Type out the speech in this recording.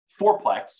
fourplex